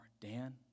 Dan